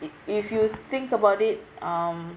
if if you think about it um